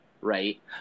right